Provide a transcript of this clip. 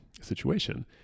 situation